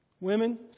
Women